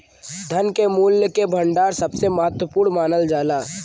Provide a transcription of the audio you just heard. धन के मूल्य के भंडार सबसे महत्वपूर्ण मानल जाला